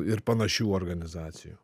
ir panašių organizacijų